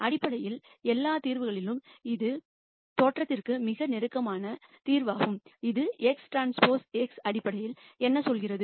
அடிப்படையில் எல்லா தீர்வுகளிலும் இது தோற்றத்திற்கு மிக நெருக்கமான தீர்வாகும் இது x டிரான்ஸ்போஸ் x அடிப்படையில் என்ன சொல்கிறது